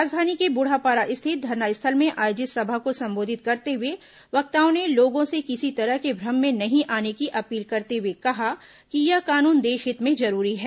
राजधानी के बुढ़ापारा स्थित धरनास्थल में आयोजित सभा को संबोधित करते हुए वक्ताओं ने लोगों से किसी तरह के भ्रम में नहीं आने की अपील करते हुए कहा कि यह कानून देश हित में जरूरी है